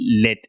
let